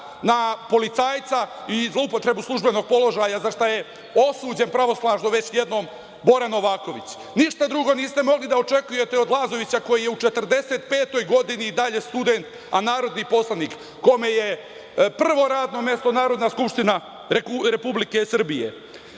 na policajca i zloupotrebu službenog položaja za šta je osuđen pravosnažno već jednom Bora Novaković. Ništa drugo niste mogli da očekujete od Lazovića koji je u 45. godini i dalje student a narodni poslanik, kome je prvo radno mesto Narodna skupština Republike Srbije.